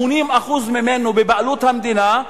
80% ממנה בבעלות המדינה.